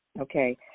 Okay